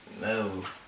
No